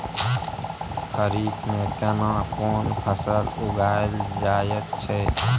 खरीफ में केना कोन फसल उगायल जायत छै?